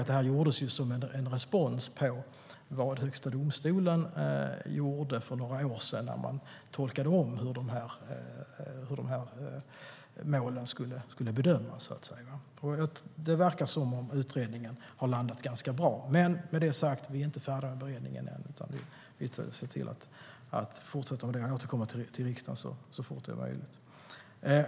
De har gjorts som en respons på att Högsta domstolen för några år sedan gjorde en omtolkning av hur målen ska bedömas. Det verkar som om utredningen har landat ganska bra. Med det sagt vill jag betona att vi ännu inte är färdiga med beredningen. Den fortsätter, och jag återkommer till riksdagen så fort det är möjligt.